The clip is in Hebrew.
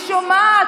אני שומעת,